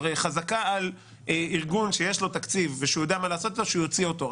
חזקה על ארגון שיש לו תקציב ויודע מה לעשות איתו להוציא אותו.